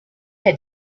had